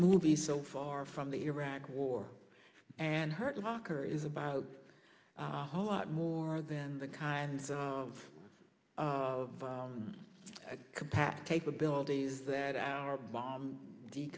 movie so far from the iraq war and hurt locker is about a whole lot more than the kind of of a compact capabilities that our bomb d